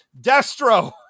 Destro